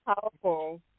powerful